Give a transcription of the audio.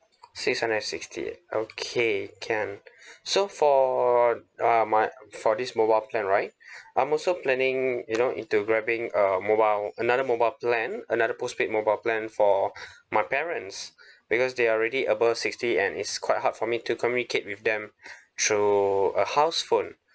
six hundred and sixty eight okay can so for uh my for this mobile plan right I'm also planning you know into grabbing uh mobile another mobile plan another post paid mobile plan for my parents because they already above sixty and it's quite hard for me to communicate with them through a house phone